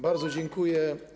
Bardzo dziękuję.